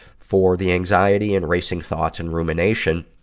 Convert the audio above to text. for the anxiety and racing thoughts and rumination,